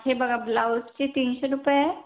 हे बघा ब्लाऊजचे तीनशे रुपये